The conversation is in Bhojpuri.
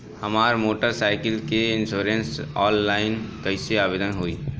हमार मोटर साइकिल के इन्शुरन्सऑनलाइन कईसे आवेदन होई?